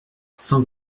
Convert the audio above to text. cent